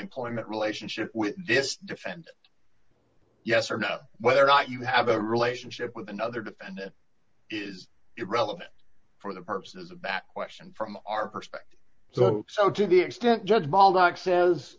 employment relationship with this defendant yes or no whether or not you have a relationship with another defendant is irrelevant for the purposes of that question from our perspective so so to the extent judge bollox says